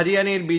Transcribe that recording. ഹരിയാനയിൽ ബി